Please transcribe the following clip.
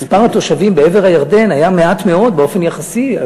מספר התושבים בעבר הירדן היה מעט מאוד באופן יחסי,